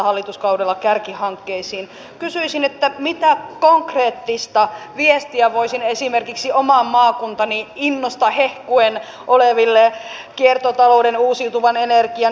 ongelmia syntyy kun useat eri vaiheissa tehdyt leikkaukset kohdistuvat kerta toisensa jälkeen samoihin heikommassa asemassa oleviin ryhmiin